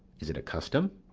is it a custom?